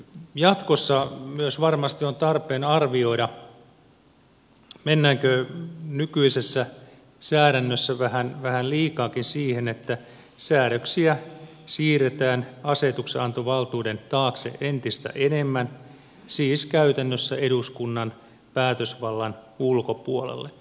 jatkossa myös varmasti on tarpeen arvioida mennäänkö nykyisessä säädännössä vähän liikaakin siihen että säädöksiä siirretään asetuksenantovaltuuden taakse entistä enemmän siis käytännössä eduskunnan päätösvallan ulkopuolelle